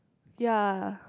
ya